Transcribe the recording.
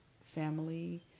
family